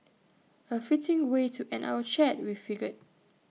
A fitting way to end our chat we figured